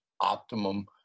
optimum